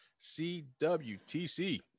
CWTC